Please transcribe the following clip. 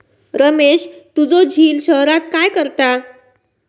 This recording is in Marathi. रमेश तुझो झिल शहरात काय करता?